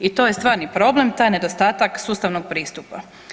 I to je stvarni problem taj nedostatak sustavnog pristupa.